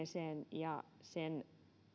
ja sen